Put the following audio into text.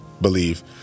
believe